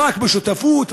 רק בשותפות,